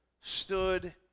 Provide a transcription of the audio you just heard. stood